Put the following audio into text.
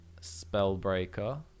Spellbreaker